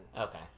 okay